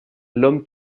l’homme